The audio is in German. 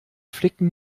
flicken